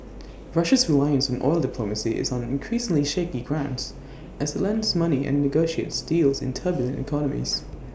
Russia's reliance on oil diplomacy is on increasingly shaky grounds as IT lends money and negotiates deals in turbulent economies